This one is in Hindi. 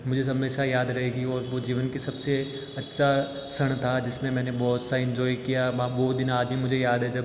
मुझे हमेशा याद रहेगी और वो जीवन की सबसे अच्छा क्षण था जिसमें मैंने बहुत सा एन्जॉय किया बा वो दिन आदि मुझे याद है जब